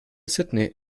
sydney